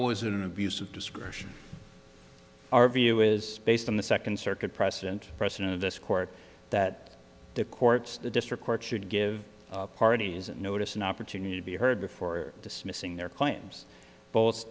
was it an abuse of discretion our view is based on the second circuit precedent precedent of this court that the courts the district court should give parties notice an opportunity to be heard before dismissing their claims both